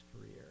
career